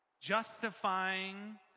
Justifying